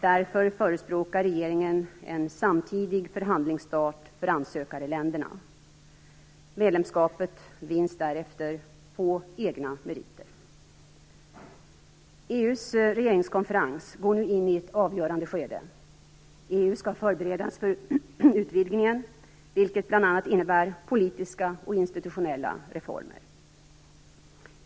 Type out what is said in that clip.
Därför förespråkar regeringen en samtidig förhandlingsstart för ansökarländerna. Medlemskapet vinns därefter på egna meriter. EU:s regeringskonferens går nu in i ett avgörande skede. EU skall förberedas för utvidgningen, vilket bl.a. innebär politiska och institutionella reformer.